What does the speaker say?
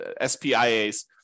SPIAs